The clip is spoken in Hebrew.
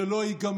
זה לא ייגמר